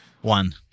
One